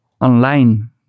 online